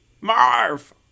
marv